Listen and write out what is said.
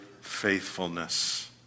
faithfulness